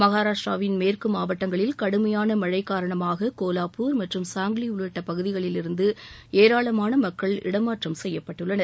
மகாராஷ்டிராவின் மேற்கு மாவட்டங்களில் கடுமையான மழை காரணமாக கோலாப்பூர் மற்றும் சங்லி உள்ளிட்ட பகுதிகளிலிருந்து ஏராளமான மக்கள் இடமாற்றம் செய்யப்பட்டுள்ளனர்